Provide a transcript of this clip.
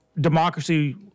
democracy